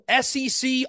SEC